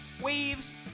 Waves